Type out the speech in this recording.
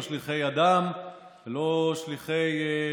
לא שליחי אדם,